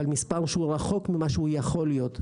אבל מספר שהוא רחוק ממה שהוא יכול להיות.